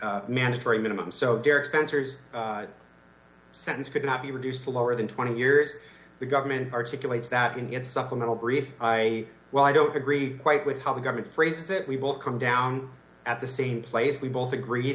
whole mandatory minimum so derek spencer's sentence could not be reduced to lower than twenty years the government articulated that and get supplemental brief i well i don't agree quite with how the government phrases it we both come down at the same place we both agree